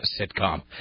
sitcom